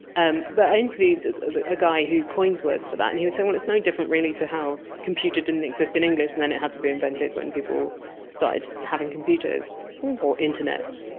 and but i interviewed a guy who coins words for that and he was someone that's no different really to how computer didn't exist in english and then it had to be invented when people started having computers or internet.